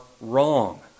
wrong